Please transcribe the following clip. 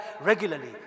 regularly